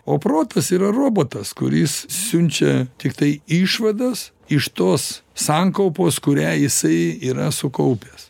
o protas yra robotas kuris siunčia tiktai išvadas iš tos sankaupos kurią jisai yra sukaupęs